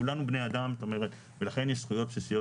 כולנו בני אדם ולכן יש זכויות בסיסיות